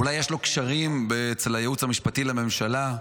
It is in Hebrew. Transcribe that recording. אולי יש לו קשרים אצל הייעוץ המשפטי לממשלה,